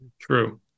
True